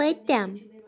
پٔتِم